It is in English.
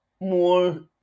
more